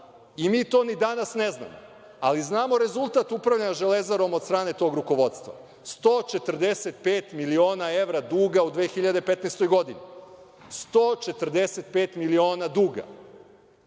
I mi to ni danas ne znamo. Ali znamo rezultat upravljanja „Železarom“ od strane tog rukovodstva, 145 miliona evra duga u 2015. godini. Zato je